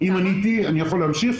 אם עניתי, אני יכול להמשיך?